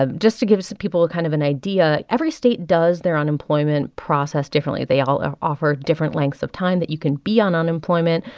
ah just to give people ah kind of an idea, every state does their unemployment process differently. they all ah offer different lengths of time that you can be on unemployment.